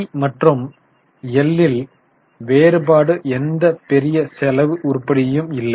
B மற்றும் எல் ல் வேறு எந்த பெரிய செலவு உருப்படியும் இல்லை